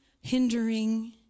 hindering